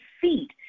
feet